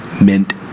meant